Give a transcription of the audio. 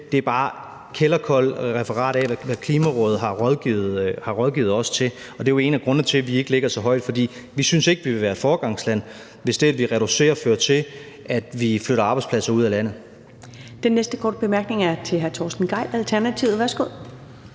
Det er bare et kælderkoldt referat af, hvad Klimarådet har rådgivet os til. Og det er jo en af grundene til, at vi ikke ligger så højt. For vi synes ikke, at vi vil være et foregangsland, hvis det, som vi reducerer, fører til, at vi flytter arbejdspladser ud af landet. Kl. 18:31 Første næstformand (Karen Ellemann): Den næste korte bemærkning er til hr. Torsten Gejl, Alternativet. Værsgo.